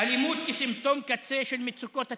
אלימות כסימפטום קצה של מצוקות התושבים,